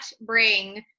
bring